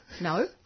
No